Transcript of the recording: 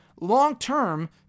long-term